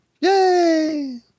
Yay